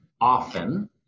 often